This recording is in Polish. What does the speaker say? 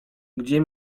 gdzie